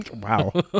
Wow